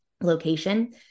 location